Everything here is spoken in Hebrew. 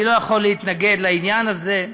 אני לא יכול להתנגד לעניין הזה,